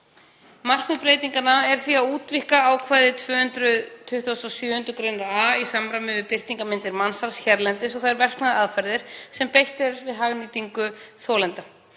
Markmið breytinganna er því að útvíkka ákvæði 227. gr. a í samræmi við birtingarmyndir mansals hérlendis og þær verknaðaraðferðir sem beitt er við hagnýtingu þolenda